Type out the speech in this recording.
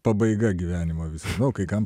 pabaiga gyvenimo o kai kam